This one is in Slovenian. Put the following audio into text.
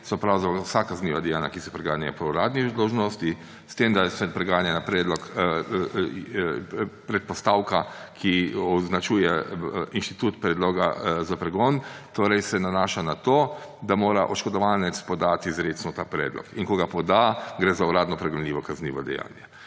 so pravzaprav vsa kazniva dejanja, ki se preganjajo po uradni dolžnosti, s tem da je predpostavka, ki označuje institut predloga za pregon, torej se nanaša na to, da mora oškodovanec podati izrecno ta predlog in ko ga poda, gre za uradno pregonljivo kaznivo dejanje.